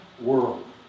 world